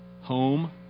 Home